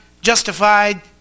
justified